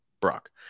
Brock